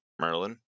Merlin